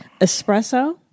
Espresso